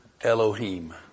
Elohim